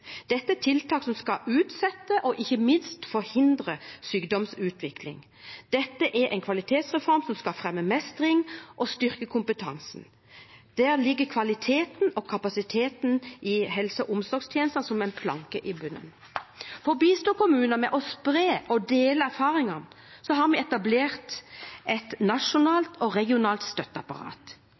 Dette er tiltak som skal utsette og ikke minst forhindre sykdomsutvikling. Dette er en kvalitetsreform som skal fremme mestring og styrke kompetansen, og der ligger kvaliteten og kapasiteten i helse- og omsorgstjenestene som en planke i bunnen. For å bistå kommunene med å spre og dele erfaringer har vi etablert et nasjonalt og regionalt støtteapparat.